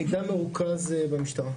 המידע מרוכז במשטרה.